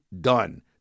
done